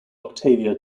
octavia